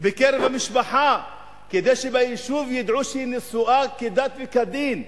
בקרב המשפחה כדי שביישוב ידעו שהיא נשואה כדת וכדין,